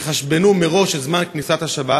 יחשבו מראש את זמן כניסת השבת.